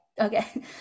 okay